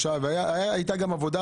והייתה גם עבודה,